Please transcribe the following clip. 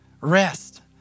Rest